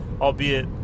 Albeit